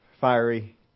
fiery